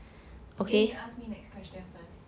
eh then you ask me next question first